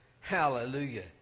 Hallelujah